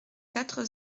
quatre